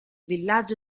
villaggio